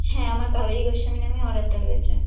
হ্যাঁ আমার কাবেরী গোস্বামী নামেই অর্ডারটা রয়েছে